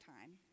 time